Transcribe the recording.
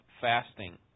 fasting